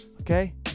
Okay